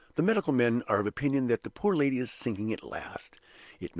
the medical men are of opinion that the poor lady is sinking at last.